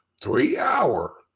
three-hour